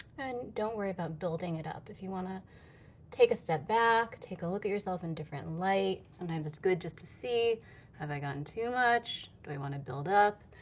and don't worry about building it up. if you want to take a step back, take a look at yourself in different light, sometimes it's good just to see have i gotten too much, do i want to build up?